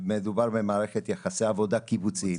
שמדובר במערכת יחסי עבודה קיבוציים.